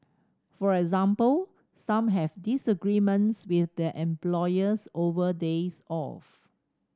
for example some have disagreements with their employers over days off